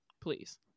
please